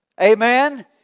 amen